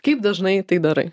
kaip dažnai tai darai